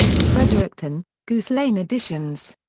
fredericton goose lane editions.